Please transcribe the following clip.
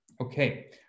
Okay